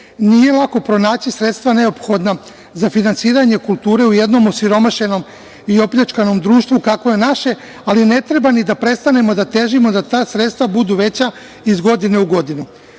Nije lako pronaći sredstva neophodna za finansiranje kulture u jednom osiromašenom i opljačkanom društvu kako je naše, ali ne treba ni da prestanemo da težimo da ta sredstva budu veća iz godine u godinu. Uz